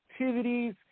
activities